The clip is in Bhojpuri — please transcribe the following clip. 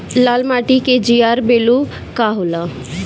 लाल माटी के जीआर बैलू का होला?